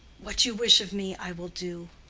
what you wish of me i will do.